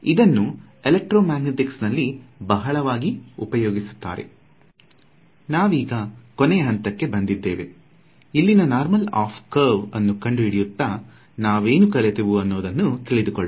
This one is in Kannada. ಇದನ್ನು ಎಲೆಕ್ಟ್ರೋಮ್ಯಾಗ್ನೆಟಿಕ್ಸ್ ನಲ್ಲಿ ಬಹಳ ವಾಗಿ ಉಪಯೋಗಿಸುತ್ತಾರೆ ನಾವೀಗ ಕೊನೆಯ ಹಂತಕ್ಕೆ ಬಂದಿದ್ದೇವೆ ಇಲ್ಲಿನ ನಾರ್ಮಲ್ ಆಫ್ ಕರ್ವ್ ಅನ್ನು ಕಂಡು ಹಿಡಿಯುತ್ತ ನಾವೇನು ಕಲಿತೆವು ಅನ್ನೋದನ್ನು ತಿಳಿದುಕೊಳ್ಳೋಣ